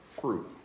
Fruit